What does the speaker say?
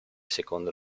secondo